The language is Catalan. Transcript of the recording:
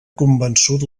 convençut